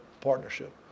partnership